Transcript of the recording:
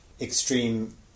extreme